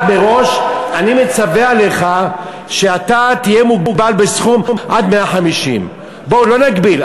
מראש: אני מצווה עליך שאתה תהיה מוגבל בסכום עד 150,000. בואו לא נגביל.